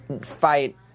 fight